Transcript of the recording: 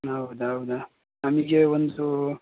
ಹೌದೌದಾ ನಮಗೆ ಒಂದು